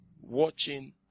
watching